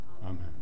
Amen